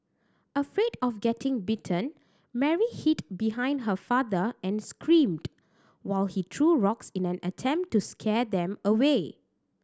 afraid of getting bitten Mary hid behind her father and screamed while he threw rocks in an attempt to scare them away